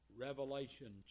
Revelation